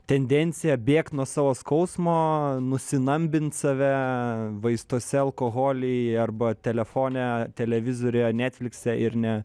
tendencija bėgt nuo savo skausmo nusinambint save vaistuose alkoholy arba telefone televizoriuje netflikse ir ne